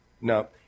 No